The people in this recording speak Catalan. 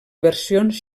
versions